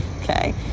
okay